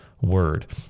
word